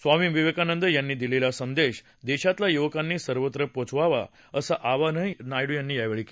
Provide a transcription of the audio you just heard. स्वामी विवेकानंद यांनी दिलेला संदेश देशातल्या युवकांनी सर्वत्र पोचवावा असं आवाहन नायडू यांनी केलं आहे